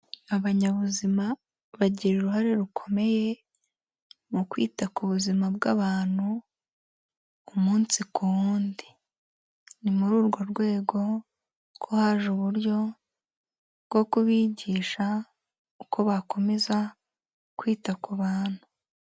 Abanyabuzima bagira uruhare rukomeye mu kwita ku buzima bw'abantu, umunsi ku wundi, ni muri urwo rwego ko haje uburyo bwo kubigisha uko bakomeza kwita ku bantu.